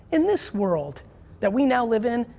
in this world that we now live in,